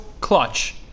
clutch